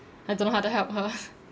I don't know how to help her